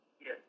Yes